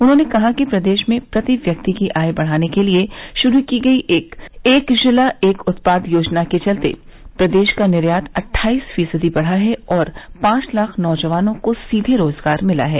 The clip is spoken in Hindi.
उन्होंने कहा कि प्रदेश में प्रति व्यक्ति की आय बढ़ाने के लिये शुरू की एक गई एक जिला एक उत्पाद योजना के चलते प्रदेश का निर्यात अट्ठाईस फीसदी बढ़ा है और पांच लाख नौजवानों को सीधे रोजगार मिला है